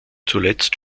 zuletzt